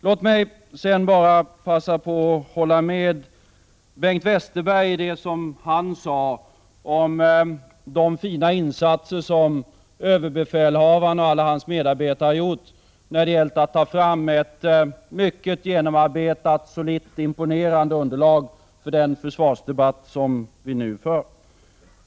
Låt mig bara passa på att hålla med Bengt Westerberg i det han sade om de fina insatser som överbefälhavaren och alla dennes medarbetare har gjort när det gällt att ta fram ett mycket genomarbetat, solitt och imponerande underlag för den försvarsdebatt som vi nu för.